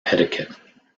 etiquette